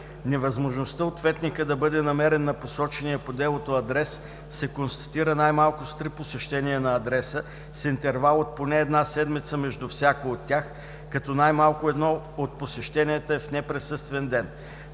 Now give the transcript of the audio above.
„Невъзможността ответникът да бъде намерен на посочения по делото адрес се констатира най-малко с три посещения на адреса, с интервал от поне една седмица между всяко от тях, като най-малко едно от посещенията е в неприсъствен ден.